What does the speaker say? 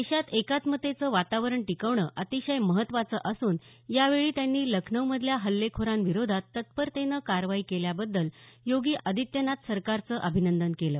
देशात एकत्मतेचं वातावरण टिकवणं अतिशय महत्वाचं असून यावेळी त्यांनी लखनौमधल्या हल्लेखोरांविरोधात तत्परतेने कारवाई केल्याबद्दल योगी आदित्यनाथ सरकारचं अभिनंदन केलं